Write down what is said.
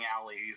alleys